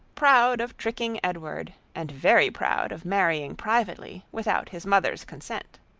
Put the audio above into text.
proud of tricking edward, and very proud of marrying privately without his mother's consent.